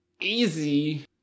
easy